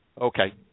Okay